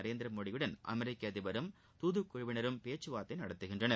நரேந்திரமோடியுடன் அமெரிக்க அதிபரும் துதுக்குழுவினரும் பேச்சு நடத்துகின்றனர்